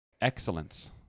Excellence